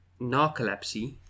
Narcolepsy